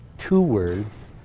two words,